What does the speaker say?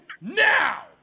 now